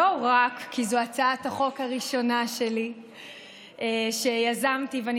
לא רק כי זאת הצעת החוק הראשונה שלי שיזמתי ואני